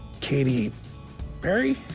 katy perry?